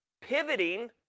pivoting